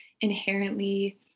inherently